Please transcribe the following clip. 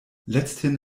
letzthin